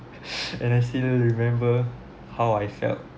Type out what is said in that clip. and I still remember how I felt